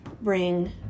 bring